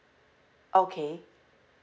okay